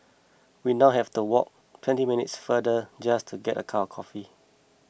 we now have to walk twenty minutes farther just to get a cup of coffee